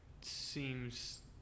seems